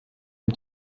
dem